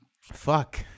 fuck